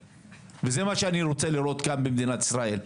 וזה מה שאני רוצה לראות כאן, במדינת ישראל.